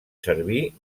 servir